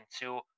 two